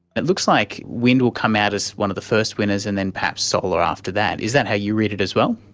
it looks like wind will come out as one of the first winners and then perhaps solar after that. is that how you read it as well?